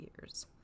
years